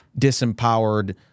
disempowered